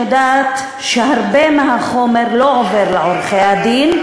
אני יודעת שהרבה מהחומר לא עובר לעורכי-הדין,